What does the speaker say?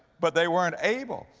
but they weren't able.